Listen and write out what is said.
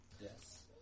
yes